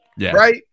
right